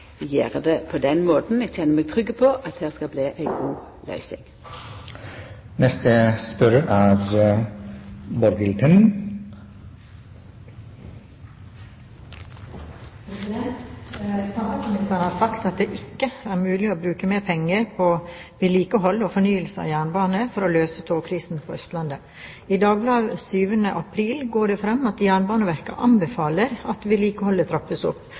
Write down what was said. det på den måten. Eg kjenner meg trygg på at det skal bli ei god løysing. «Samferdselsministeren har sagt at det ikke er mulig å bruke mer penger på vedlikehold og fornyelse av jernbanen for å løse togkrisen på Østlandet. I Dagbladet 7. april går det fram at Jernbaneverket anbefaler at vedlikeholdet trappes opp,